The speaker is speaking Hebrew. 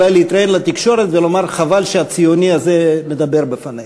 אולי להתראיין לתקשורת ולומר: חבל שהציוני הזה מדבר בפנינו.